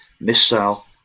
missile